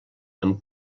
amb